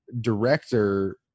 director